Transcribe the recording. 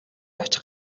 очих